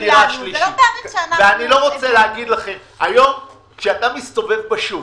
היום כשאתה מסתובב בשוק,